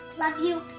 love you.